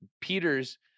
Peters